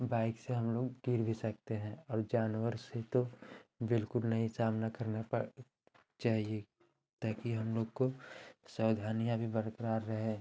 bike से हम लोग गिर भी सकते हैं और जानवर से तो बिल्कुल नहीं सामना करना चाहिए ताकि हम लोग की सावधानियाँ भी बरक़रार रहे